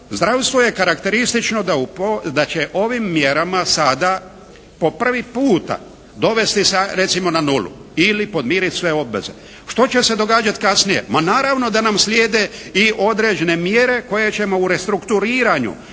zdravstvo je karakteristično da će ovim mjerama sada po prvi puta dovesti sa recimo na nulu ili podmiriti sve obveze. Što će se događati kasnije. Ma naravno da nam slijede i određene mjere koje ćemo u restrukturiranju